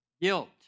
Guilt